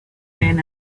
man